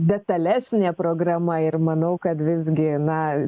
detalesnė programa ir manau kad visgi na